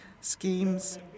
schemes